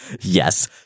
Yes